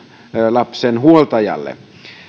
lapsen huoltajalle